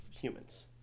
humans